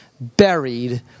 buried